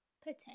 Potato